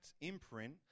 imprint